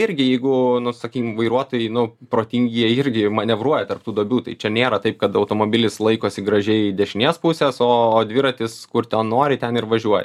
irgi jeigu nu sakykim vairuotojai nu protingi jie irgi manevruoja tarp tų duobių tai čia nėra taip kad automobilis laikosi gražiai dešinės pusės o dviratis kur ten nori ten ir važiuoja